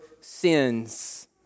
sins